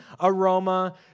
aroma